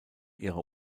ihrer